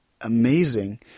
amazing